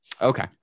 okay